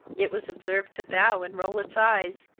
it was observed to bow and roll its eyes,